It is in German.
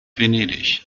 venedig